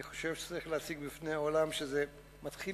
אני חושב שצריך להציג בפני העולם שזה מתחיל